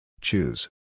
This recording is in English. Choose